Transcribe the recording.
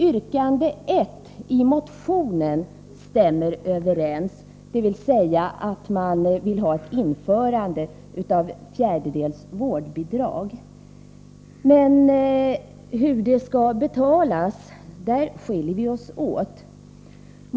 Yrkandena om införandet av ett fjärdedels vårdbidrag stämmer överens, men i fråga om hur det skall betalas skiljer vi oss åt.